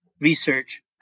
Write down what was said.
research